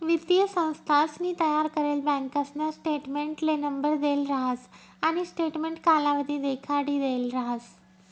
वित्तीय संस्थानसनी तयार करेल बँकासना स्टेटमेंटले नंबर देल राहस आणि स्टेटमेंट कालावधी देखाडिदेल राहस